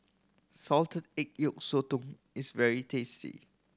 salted egg yolk sotong is very tasty